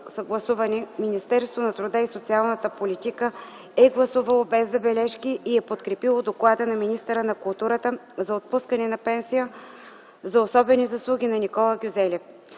Министерството на труда и социалната политика е гласувало без забележки и е подкрепило доклада на министъра на културата за отпускане на пенсия за особени заслуги на Никола Гюзелев.